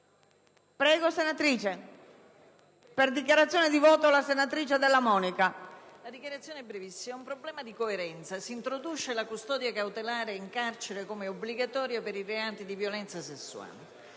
Signora Presidente, è un problema di coerenza. Si introduce la custodia cautelare in carcere come obbligatoria per i reati di violenza sessuale.